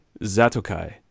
Zatokai